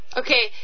okay